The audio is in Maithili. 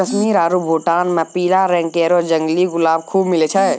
कश्मीर आरु भूटान म पीला रंग केरो जंगली गुलाब खूब मिलै छै